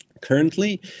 Currently